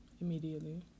immediately